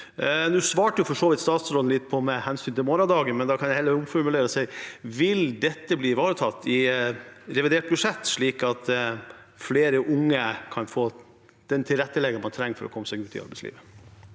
Nå svarte for så vidt statsråden litt med hensyn til morgendagen. Da kan jeg heller omformulere og si: Vil dette bli ivaretatt i revidert budsjett, slik at flere unge kan få den tilretteleggingen de trenger for å komme seg ut i arbeidslivet?